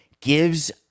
gives